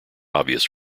obvious